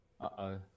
Uh-oh